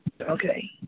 Okay